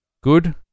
Good